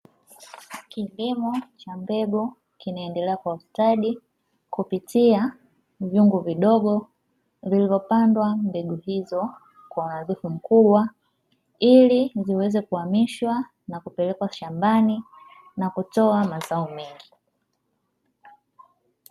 Kilimo cha mbegu, kinaendelea kwa ustadi kupitia vyunga vidogo vilivyo pandwa mbegu hizo. Kwa uzoefu mkubwa ili viweze kuhamishwa na kupelekwa shambani na kutoa mazao mengi.